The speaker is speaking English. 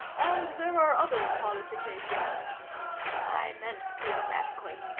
and there are other qualifications i meant theoretically,